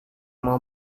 mau